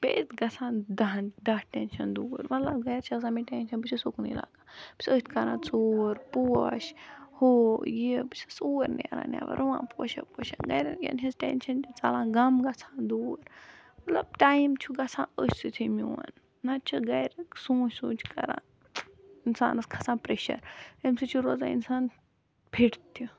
بیٚیہَ أتۍ گَژھان دَہن دَہ ٹٮ۪نشن دور مطلب گَرِ چھُ آسان مےٚ ٹٮ۪نشَن بہٕ چھَس اُکنٕی لَگان بہٕ چھَس أتھۍ کَران ژور پوش ہو یہِ بہٕ چھَس اور نیران نٮ۪بَر رُوان پوشا پوشا گَرِ کٮ۪ن ہنٛز ٹٮ۪نشَن تہِ ژَلان غَم گَژھان دور مطلب ٹایم چھُ گَژھان أتھۍ سۭتۍ میون نَتہٕ چھُ گَرِ سونِچ سونِچ کَران اِنسانس کھسان پریشر اَمہِ سۭتۍ چھُ روزان انسان فِٹ تہِ